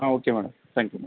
ah okay madam thank you madam